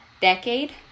decade